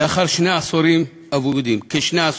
לאחר כשני עשורים אבודים,